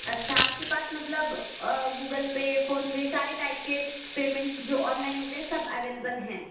अच्छा आपके पास मतलब गूगल पे फोनपे सारे टाइप के पेमेंट जो ऑनलाइन होते हैं सब अवेलेबल हैं